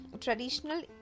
traditional